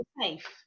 safe